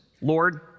Lord